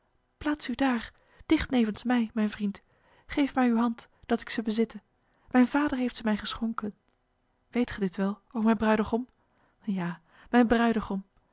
plaats u daar dicht nevens mij mijn vriend geef mij uw hand dat ik ze bezitte mijn vader heeft ze mij geschonken weet gij dit wel o mijn bruidegom ja mijn bruidegom